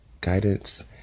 guidance